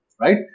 right